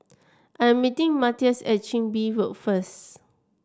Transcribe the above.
I am meeting Mathias at Chin Bee Road first